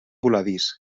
voladís